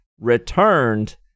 returned